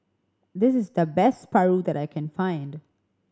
this is the best paru that I can find